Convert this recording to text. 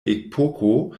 epoko